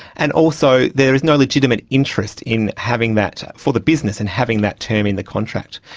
and also there is no legitimate interest in having that for the business and having that term in the contract.